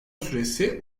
süresi